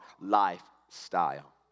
lifestyle